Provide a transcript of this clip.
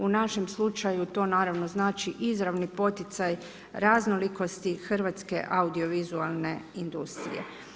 U našem slučaju to naravno znači izravni poticaj raznolikosti hrvatske audiovizualne industrije.